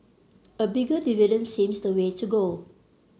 a bigger dividend seems the way to go